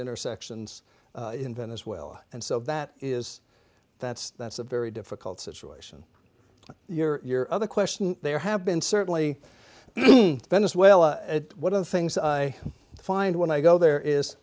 intersections in venezuela and so that is that's that's a very difficult situation your other question there have been certainly venezuela one of the things i find when i go there is